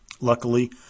Luckily